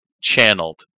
channeled